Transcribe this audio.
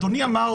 אדוני אמר